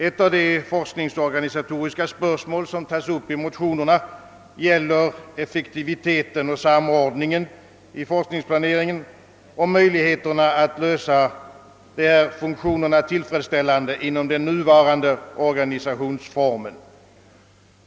Ett av de forskningsorganisatoriska spörsmål, som tas upp i motionerna, gäller effektiviteten och samordningen i forskningsplaneringen och möjligheterna att lösa dessa funktioner tillfredsställande inom den nuvarande organisationsformen.